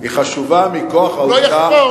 היא חשובה מכוח החתימה של,